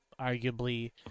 arguably